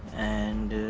and